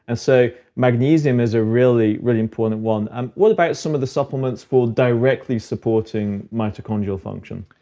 and so magnesium is a really, really important one. um what about some of the supplements for directly supporting mitochondrial function?